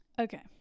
Okay